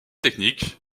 techniques